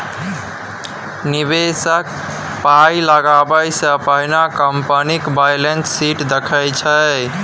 निबेशक पाइ लगाबै सँ पहिने कंपनीक बैलेंस शीट देखै छै